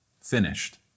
finished